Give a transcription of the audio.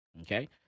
Okay